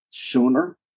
sooner